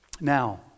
Now